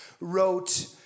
wrote